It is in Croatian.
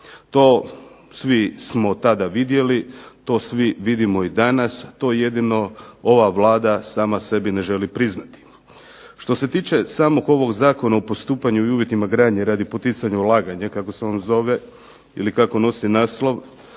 To svi smo tada vidjeli, to svi vidimo i danas, to jedino ova Vlada sama sebi ne želi priznati. Što se tiče samog ovog Zakona o postupanju i uvjetima gradnje radi poticanja ulaganja kako se on zove ili kako nosi naslov